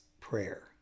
prayer